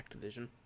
Activision